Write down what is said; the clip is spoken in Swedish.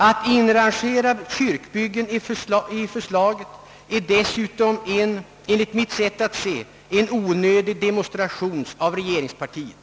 Att inrangera kyrkobyggen i förslaget är dessutom, enligt mitt sätt att se, en onödig demonstration av regeringspartiet.